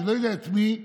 אני לא יודע את מי,